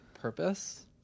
purpose